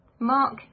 mark